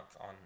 on